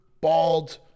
bald